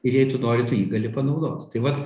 ir jei tu nori tu jį gali panaudot tai vat